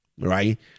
right